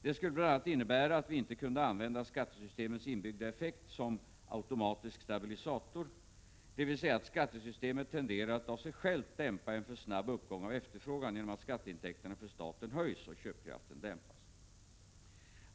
Det skulle bl.a. innebära att vi inte kunde använda skattesystemets inbyggda effekt som ”automatisk stabilisator”, dvs. att skattesystemet tenderar att av sig självt dämpa en för snabb uppgång av efterfrågan genom att skatteintäkterna för staten höjs och köpkraften dämpas.